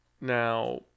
Now